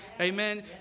Amen